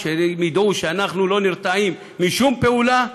כשהם ידעו שאנחנו לא נרתעים משום פעולה,